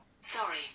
Sorry